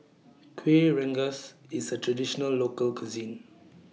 Kueh Rengas IS A Traditional Local Cuisine